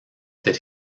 that